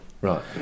Right